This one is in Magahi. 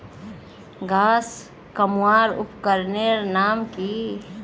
घांस कमवार उपकरनेर नाम की?